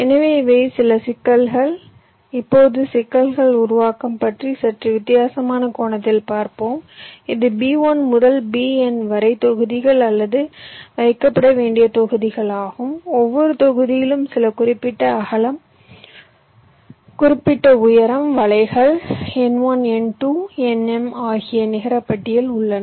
எனவே இவை சில சிக்கல்கள் இப்போது சிக்கல் உருவாக்கம் பற்றி சற்று வித்தியாசமான கோணத்தில் பார்ப்போம் இது B1 முதல் Bn வரை தொகுதிகள் அல்லது வைக்கப்பட வேண்டிய தொகுதிகள் ஆகும் ஒவ்வொரு தொகுதியிலும் சில குறிப்பிட்ட அகலம் குறிப்பிட்ட உயரம் வலைகள் N1 N2 Nm ஆகிய நிகர பட்டியல் உள்ளன